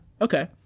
Okay